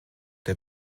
der